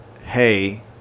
hey